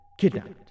kidnapped